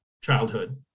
childhood